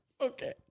Okay